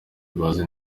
bazi